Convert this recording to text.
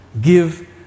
Give